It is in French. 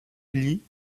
lee